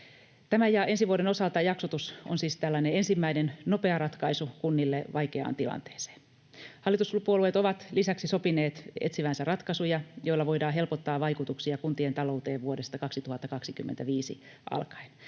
Tämän ja ensi vuoden osalta jaksotus on siis tällainen ensimmäinen nopea ratkaisu kunnille vaikeaan tilanteeseen. Hallituspuolueet ovat lisäksi sopineet etsivänsä ratkaisuja, joilla voidaan helpottaa vaikutuksia kuntien talouteen vuodesta 2025 alkaen.